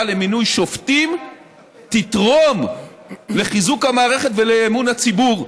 למינוי שופטים תתרום לחיזוק המערכת ולאמון הציבור,